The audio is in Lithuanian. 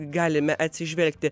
galime atsižvelgti